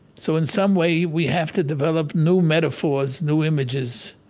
so in some way, we have to develop new metaphors, new images,